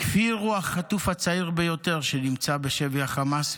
כפיר הוא החטוף הצעיר ביותר שנמצא בשבי החמאס,